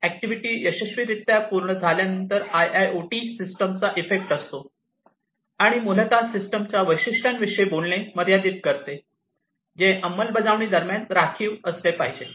activity यशस्वीरीत्या पूर्ण झाल्यानंतर आयआयओटी सिस्टीम चा इफेक्ट असतो आणि मूलत सिस्टमच्या वैशिष्ट्यांविषयी बोलणे मर्यादित करते जे अंमलबजावणी दरम्यान राखीव असले पाहिजे